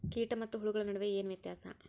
ಕೇಟ ಮತ್ತು ಹುಳುಗಳ ನಡುವೆ ಏನ್ ವ್ಯತ್ಯಾಸ?